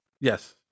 Yes